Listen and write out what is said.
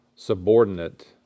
Subordinate